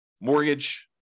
mortgage